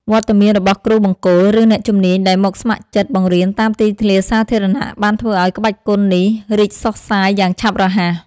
វត្តមានរបស់គ្រូបង្គោល ឬអ្នកជំនាញដែលមកស្ម័គ្រចិត្តបង្រៀនតាមទីធ្លាសាធារណៈ បានធ្វើឱ្យក្បាច់គុណនេះរីកសុះសាយយ៉ាងឆាប់រហ័ស។